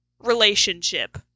relationship